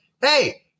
hey